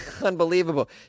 Unbelievable